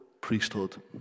priesthood